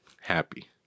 happy